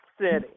City